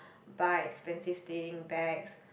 buy expensive thing bags